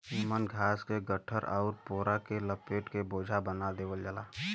एमन घास के गट्ठर आउर पोरा में लपेट के बोझा बना देवल जाला